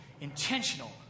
intentional